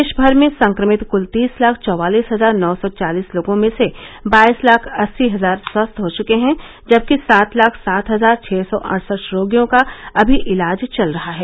देश भर में संक्रमित कुल तीस लाख चौवालिस हजार नौ सौ चालीस लोगों में से बाईस लाख अस्सी हजार स्वस्थ हो चुके हैं जबकि सात लाख सात हजार छह सौ अड़सठ रोगियों का अभी इलाज चल रहा है